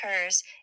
occurs